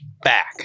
Back